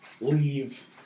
leave